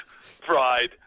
fried